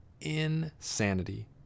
insanity